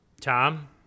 Tom